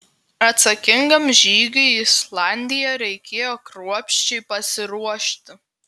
atsakingam žygiui į islandiją reikėjo kruopščiai pasiruošti